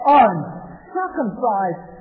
uncircumcised